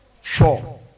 four